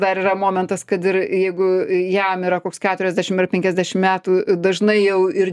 dar yra momentas kad ir jeigu jam yra koks keturiasdešim ar penkiasdešim metų dažnai jau ir